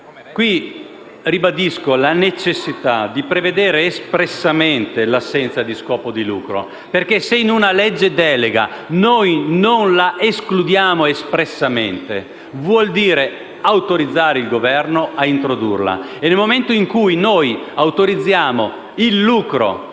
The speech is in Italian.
ribadisco la necessità di prevedere espressamente l'assenza di scopo di lucro, perché, se in una legge delega non la escludiamo espressamente, ciò vuol dire autorizzare il Governo ad introdurla. E, nel momento in cui autorizziamo il lucro